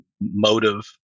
motive